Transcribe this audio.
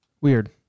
Weird